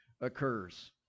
occurs